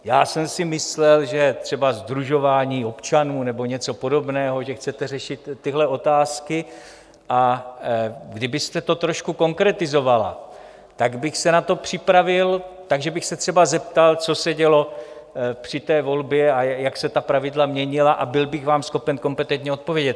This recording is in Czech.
Já jsem si myslel, že třeba sdružování občanů nebo něco podobného, že chcete řešit tyhle otázky, a kdybyste to trošku konkretizovala, tak bych se na to připravil, takže bych se třeba zeptal, co se dělo při té volbě, jak se ta pravidla měnila, a byl bych vám schopen kompetentně odpovědět.